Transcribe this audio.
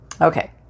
Okay